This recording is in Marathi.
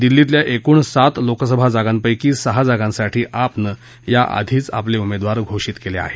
दिल्लीतल्या एकूण सात लोकसभा जागांपैकी सहा जागांसाठी आपनं याआधीच आपले उमेदवार घोषीत केले आहेत